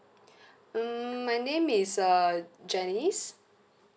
um I name is uh janice